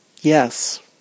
Yes